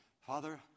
Father